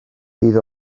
bydd